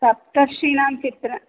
सप्तर्षीणां चित्रं